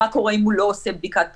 מה קורה אם הוא לא עושה בדיקת PCR,